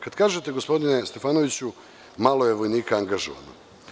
Kad kažete, gospodine Stefanoviću, malo je vojnika angažovano.